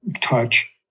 touch